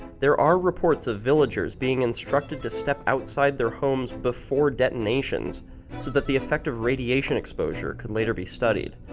there are reports of villagers being instructed to step outside their homes before detonations so that the effect of radiation exposure could later be studied.